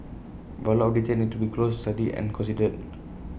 but A lot of details need to be closely studied and considered